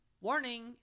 warning